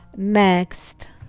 Next